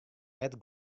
net